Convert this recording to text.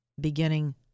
beginning